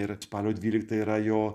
ir spalio dvylikta yra jo